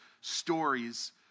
stories